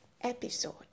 episode